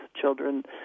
children